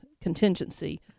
contingency